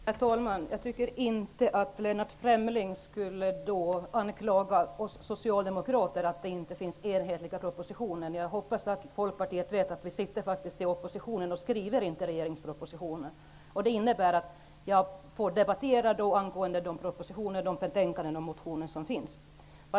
Herr talman! Jag tycker inte att Lennart Fremling skall anklaga oss socialdemokrater för att det inte finns enhetlighet i propositionen. Jag hoppas att man även i Folkpartiet vet att vi inte sitter i regeringen och inte skriver propositioner. Jag får alltså föra debatten på grundval av de propositioner, betänkanden och motioner som föreligger.